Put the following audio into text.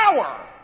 power